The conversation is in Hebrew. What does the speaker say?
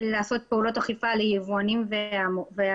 לעשות פעולות אכיפה ליבואנים ומשווקים.